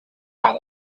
that